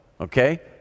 okay